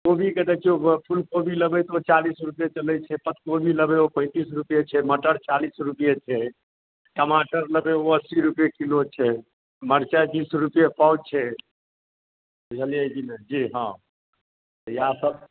कोबी कऽ देखियौ गऽ फूलकोबी लेबै तऽ ओ चालीस रुपये चलैत छै पत्ताकोबी लेबै ओ पैतीस रुपये छै मटर चालीस रुपये छै टमाटर नबे ओ अस्सी रुपये किलो छै मर्चाइ बीस रुपये पाओ छै बुझलियै कि नहि जी हाँ इएह सभ